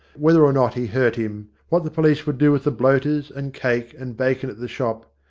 whether or not he hurt him, what the police would do with the bloaters and cake and bacon at the shop,